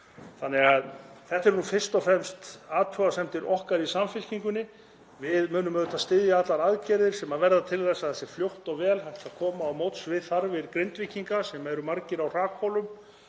né fiskur. Þetta eru nú fyrst og fremst athugasemdir okkar í Samfylkingunni. Við munum auðvitað styðja allar aðgerðir sem verða til þess að fljótt og vel verði hægt að koma til móts við þarfir Grindvíkinga sem eru margir á hrakhólum.